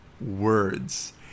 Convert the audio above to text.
Words